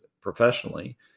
professionally